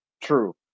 True